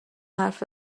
حرف